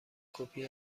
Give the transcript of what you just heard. کپی